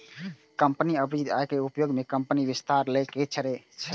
company अपन अर्जित आयक उपयोग कंपनीक विस्तार लेल करै छै